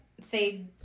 say